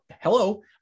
hello